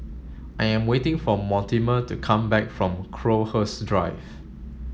I am waiting for Mortimer to come back from Crowhurst Drive